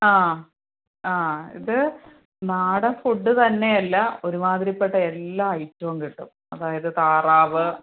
ആ ആ ഇത് നാടൻ ഫുഡ് തന്നെയല്ല ഒരുമാതിരിപ്പെട്ട എല്ലാം ഐറ്റോം കിട്ടും അതായത് താറാവ്